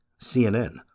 CNN